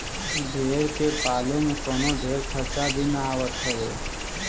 भेड़ के पाले में कवनो ढेर खर्चा भी ना आवत हवे